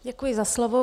Děkuji za slovo.